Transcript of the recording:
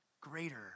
greater